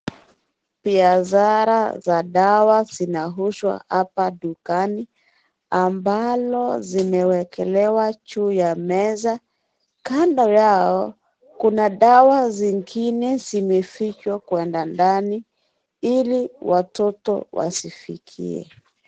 Biashara za dawa zinauzwa hapa dukani ambalo zimewekelewa juu ya meza ,Kando yao kuna dawa zingine zimefichwa kuenda ndani ili watoto wasifikie.